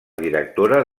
directora